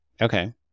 Okay